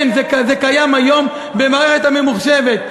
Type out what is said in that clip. כן, זה קיים היום במערכת הממוחשבת.